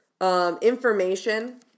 Information